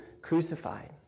crucified